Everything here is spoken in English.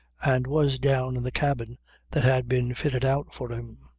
and was down in the cabin that had been fitted out for him.